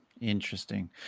Interesting